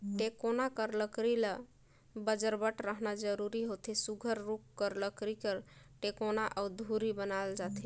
टेकोना कर लकरी ल बजरबट रहना जरूरी होथे सुग्घर रूख कर लकरी कर टेकोना अउ धूरी बनाल जाथे